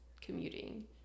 commuting